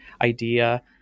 idea